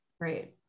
Great